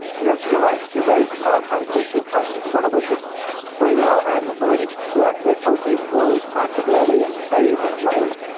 you're you're right. it raises all kinds of interesting questions, one of which is free will, and related to that very closely is more responsibility and praise and blame.